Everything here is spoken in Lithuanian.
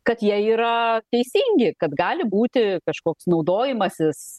kad jie yra teisingi kad gali būti kažkoks naudojimasis